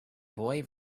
boy